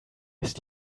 ist